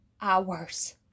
hours